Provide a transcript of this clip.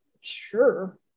sure